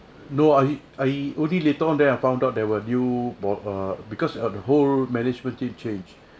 no I I only later on then I found out there were new bo~ err because the whole management team changed